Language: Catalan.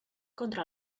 contra